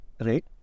right